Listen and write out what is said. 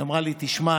והיא אמרה לי: תשמע,